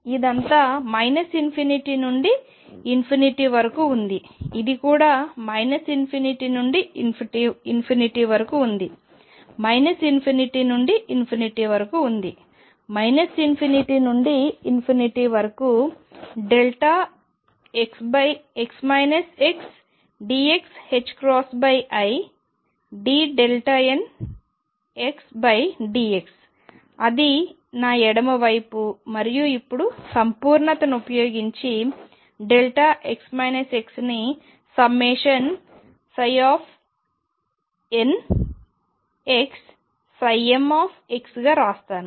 ఇదంతా ∞ నుండి వరకు ఉంది ఇది కూడా ∞ నుండి వరకు ఉంది ∞ నుండి వరకు ఉంది ∞ నుండి వరకు x xdxidnxdx అది నా ఎడమ వైపు మరియు ఇప్పుడు సంపూర్ణతను ఉపయోగించి x xని సమ్మేషన్ nxmx గా రాస్తాము